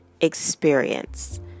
experience